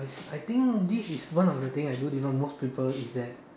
I think this is one of the thing I do different most people is that